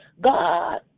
God